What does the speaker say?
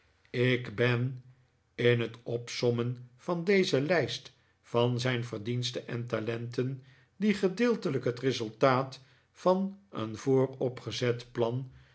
ik ben in het opsommen van deze lijst van zijn verdiensten en talenten die gedeeltelijk het resultaat van een vooropgezet plan